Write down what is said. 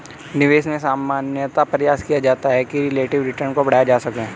निवेश में सामान्यतया प्रयास किया जाता है कि रिलेटिव रिटर्न को बढ़ाया जा सके